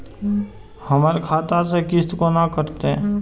हमर खाता से किस्त कोना कटतै?